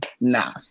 nah